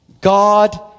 God